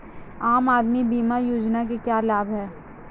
आम आदमी बीमा योजना के क्या लाभ हैं?